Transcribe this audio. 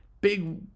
big